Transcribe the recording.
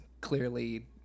clearly